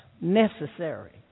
necessary